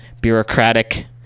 bureaucratic